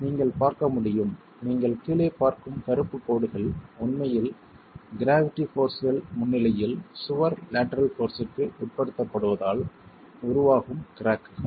நீங்கள் பார்க்க முடியும் நீங்கள் கீழே பார்க்கும் கருப்பு கோடுகள் உண்மையில் க்ராவிட்டி போர்ஸ்கள் முன்னிலையில் சுவர் லேட்டரல் போர்ஸ்க்கு உட்படுத்தப்படுவதால் உருவாகும் கிராக்குகள்